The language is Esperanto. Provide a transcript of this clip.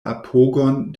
apogon